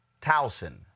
Towson